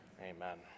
Amen